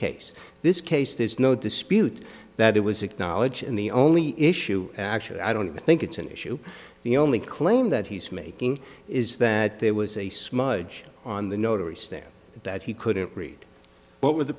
case this case there's no dispute that it was acknowledged and the only issue actually i don't think it's an issue the only claim that he's making is that there was a smudge on the notary stamp that he couldn't read but with the